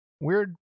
Weird